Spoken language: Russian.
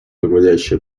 руководящие